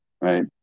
Right